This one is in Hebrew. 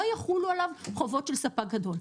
לא יחולו עליו חובות של ספק גדול.